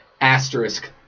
asterisk